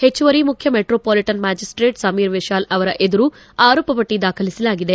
ಹೆಚ್ಚುವರಿ ಮುಖ್ಯ metropolitan magistrate Sameer Vishal ಅವರ ಎದುರು ಆರೋಪಪಟ್ಟ ದಾಖಲಿಸಲಾಗಿದೆ